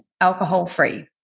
alcohol-free